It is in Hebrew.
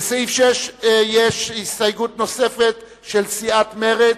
לסעיף 6 יש הסתייגות נוספת של סיעת מרצ,